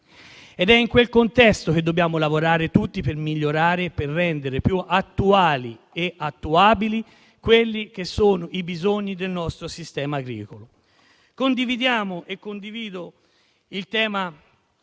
È in quel contesto che dobbiamo lavorare tutti per migliorare e per rendere più attuali e attuabili i bisogni del nostro sistema agricolo. Condividiamo e condivido il tema